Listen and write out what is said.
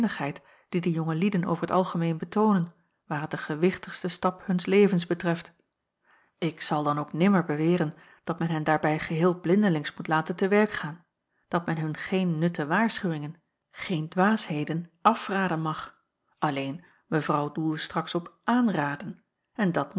die de jonge lieden over t algemeen betoonen waar het den gewichtigsten stap huns levens betreft ik zal dan ook nimmer beweren dat men hen daarbij geheel blindelings moet laten te werk gaan dat men hun geen nutte waarschuwingen geen dwaasheden afraden mag alleen mevrouw doelde straks op aanraden en dat